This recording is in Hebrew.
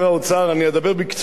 כי ביקשו ממני לדבר בקצרה,